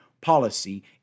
policy